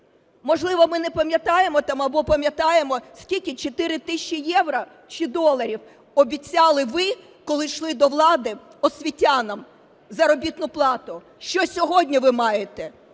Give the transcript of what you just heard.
або пам'ятаємо, скільки, 4000 євро чи доларів обіцяли ви, коли йшли до влади, освітянам заробітну плату? Що сьогодні ви маєте?